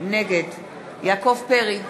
נגד יעקב פרי,